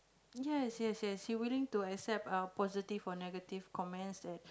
yes yes yes he willing to accept uh positive or negative comments that